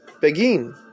Begin